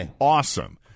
awesome